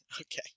Okay